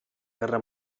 guerra